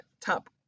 top